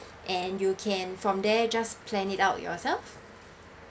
and you can from there just plan it out yourself